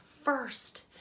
first